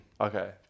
Okay